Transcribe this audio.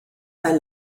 bei